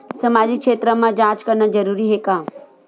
सामाजिक क्षेत्र म जांच करना जरूरी हे का?